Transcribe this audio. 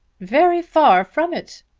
very far from it,